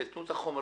תיתנו את החומר,